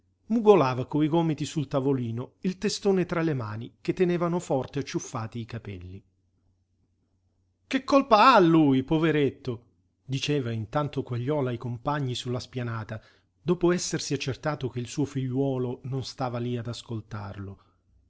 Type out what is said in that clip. mugolava coi gomiti sul tavolino il testone tra le mani che tenevano forte acciuffati i capelli che colpa ha lui poveretto diceva intanto quagliola ai compagni su la spianata dopo essersi accertato che il suo figliuolo non stava lí ad ascoltarlo